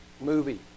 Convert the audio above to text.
movie